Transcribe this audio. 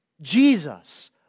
Jesus